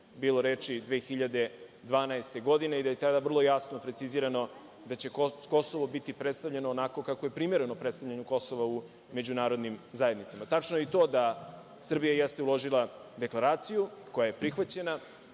bilo reči, 2012. godine i da je tada vrlo jasno precizirano da će Kosovo biti predstavljeno onako kako je primereno predstavljanju Kosova u međunarodnim zajednicama. Tačno je i to da Srbija jeste uložila deklaraciju koja je prihvaćena.